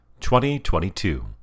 2022